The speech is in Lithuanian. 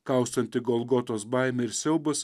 kaustanti golgotos baimė ir siaubus